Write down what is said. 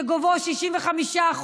שגובהו 65%,